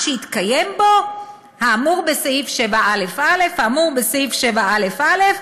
שהתקיים בו האמור בסעיף 7א(א)"; האמור בסעיף 7א(א),